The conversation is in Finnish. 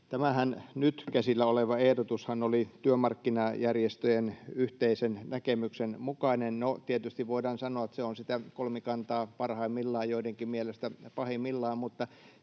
tämä nyt käsillä oleva ehdotushan oli työmarkkinajärjestöjen yhteisen näkemyksen mukainen. No, tietysti voidaan sanoa, että se on sitä kolmikantaa parhaimmillaan ja joidenkin mielestä pahimmillaan, mutta